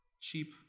Cheap